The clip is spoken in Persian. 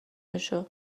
بشو